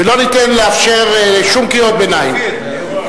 ולא ניתן לאפשר שום קריאות ביניים.